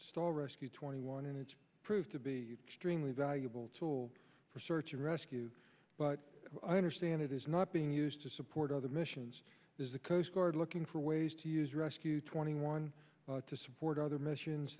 stall rescue twenty one and it's proved to be extremely valuable tool for search and rescue but i understand it is not being used to support other missions is the coast guard looking for ways to use rescue twenty one to support other missions